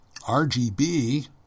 RGB